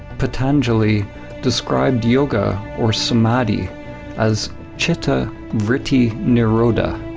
patanjali described yoga or samadhi as chitta vritti nirodha,